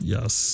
Yes